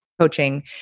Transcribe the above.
coaching